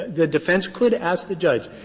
the defense could ask the judge,